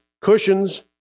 cushions